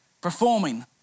performing